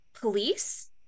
police